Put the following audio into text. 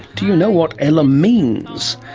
do you know what ella means?